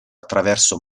attraverso